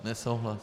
Nesouhlas.